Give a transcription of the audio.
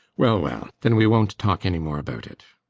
well, well then we won't talk any more about it.